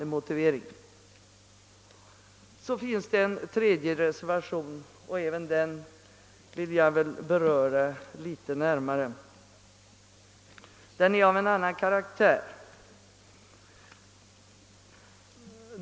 Det finns även en tredje reservation och den vill jag beröra litet närmare. Den är av en annan karaktär.